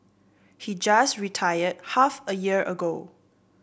he just retired half a year ago